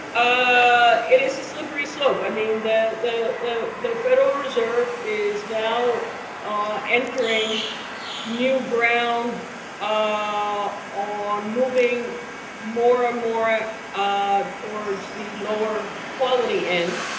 ah it is a slippery slope. i mean, that the ah the federal reserve is now ah entering new ground ah on moving more and more ah ah towards the lower quality end,